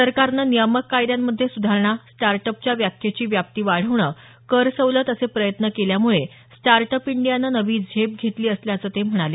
सरकारनं नियामक कायद्यांमध्ये सुधारणा स्टार्टअपच्या व्याखेची व्याप्ती वाढवणं कर सवलत असे प्रयत्न केल्यामुळे स्टार्टअप इंडियानं नवी झेप घेतली असल्याचं ते म्हणाले